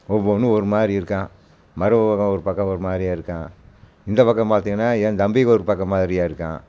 ஒவ்வொன்றும் ஒரு மாதிரி இருக்கான் மருமகன் ஒரு பக்கம் ஒரு மாதிரியா இருக்கான் இந்த பக்கம் பார்த்தீங்கன்னா என் தம்பிக்கு ஒரு பக்கம் மாதிரியா இருக்கான்